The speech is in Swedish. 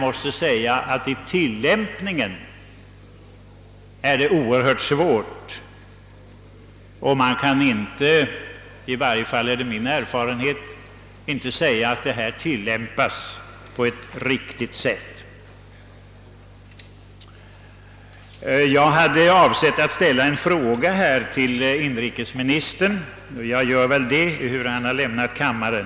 Men i tillämpningen är dessa principer svåra att genomföra och man kan inte — det är i varje fall min erfarenhet — säga att de tillämpats på ett riktigt sätt. Jag hade för avsikt att ställa en fråga till inrikesministern, och jag gör det väl trots att han nu har lämnat kammaren.